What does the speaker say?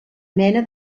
mena